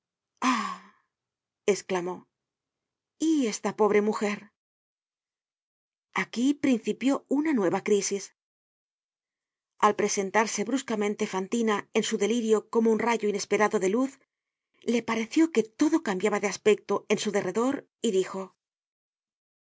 esclamó y esta pobre mujer aquí principió una nueva crísis al presentarse bruscamente fantina en su delirio como un rayo inesperado de luz le pareció que todo cambiaba de aspecto en su derredor y dijo